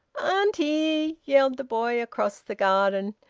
auntie! yelled the boy across the garden.